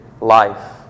life